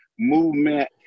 movement